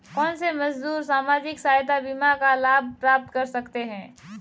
कौनसे मजदूर सामाजिक सहायता बीमा का लाभ प्राप्त कर सकते हैं?